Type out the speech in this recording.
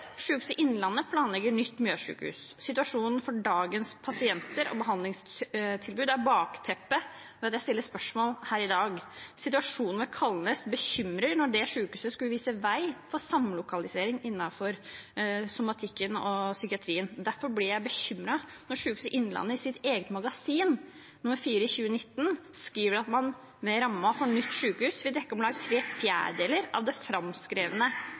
Innlandet planlegger nytt Mjøssykehus. Situasjonen for dagens pasienter og behandlingstilbudet er bakteppet for at jeg stiller spørsmål her i dag. Situasjonen ved Kalnes bekymrer når dette sykehuset skulle vise vei for samlokalisering innenfor somatikken og psykiatrien. Derfor blir jeg bekymret når Sykehuset Innlandet i sitt eget magasin – nr. 4/2019 – skriver at man med rammen for nytt sykehus «vil dekke om lag tre fjerdedeler av det